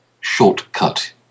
shortcut